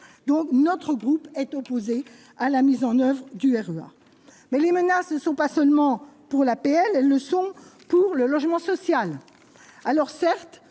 donc, notre groupe est opposé à la mise en oeuvre du terroir, mais les menaces ne sont pas seulement pour l'APL, elles le sont pour le logement social, alors certes